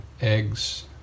eggs